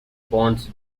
ponds